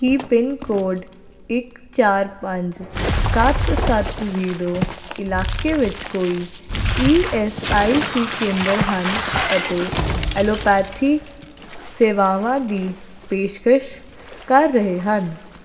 ਕੀ pin code ਇੱਕ ਚਾਰ ਪੰਜ ਸੱਤ ਸੱਤ ਜ਼ੀਰੋ ਇਲਾਕੇ ਵਿੱਚ ਕੋਈ ਈ ਐੱਸ ਆਈ ਸੀ ਕੇਂਦਰ ਹਨ ਅਤੇ ਐਲੋਪੈਥੀ ਸੇਵਾਵਾਂ ਦੀ ਪੇਸ਼ਕਸ਼ ਕਰ ਰਹੇ ਹਨ